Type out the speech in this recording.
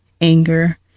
anger